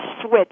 switch